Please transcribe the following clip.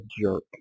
jerk